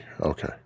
okay